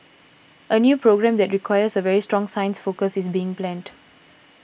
a new programme that requires a very strong science focus is being planned